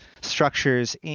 structures